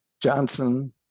Johnson